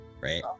right